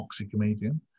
oxycomedian